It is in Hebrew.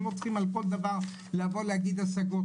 אנחנו לא צריכים על כל דבר להגיד השגות.